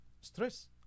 stress